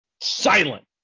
silent